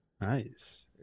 nice